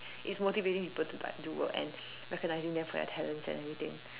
it's motivating people to like do work and recognising them for their talents and everything